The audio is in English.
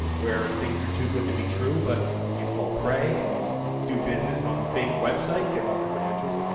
where things are too good to be true. but you fall prey and you do business on the fake website, give up your credentials,